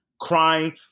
crying